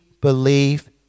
believe